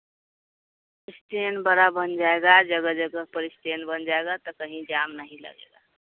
stand बड़ा बन जाएगा जगह जगह पर स्टैन्ड बन जाएगा तो कहीं जाम नहीं लगेगा